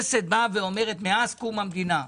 מאז קום המדינה,